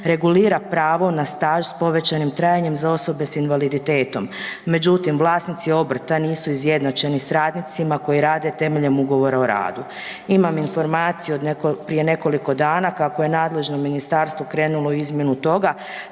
regulira pravo na staž s povećanim trajanjem za osobe s invaliditetom. Međutim, vlasnici obrta nisu izjednačeni s radnicima koji rade temeljem Ugovora o radu. Imam informaciju od prije nekoliko dana kako je nadležno ministarstvo krenulo u izmjenu toga,